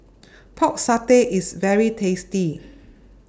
Pork Satay IS very tasty